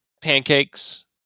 pancakes